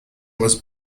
was